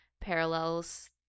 parallels